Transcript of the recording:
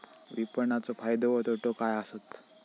विपणाचो फायदो व तोटो काय आसत?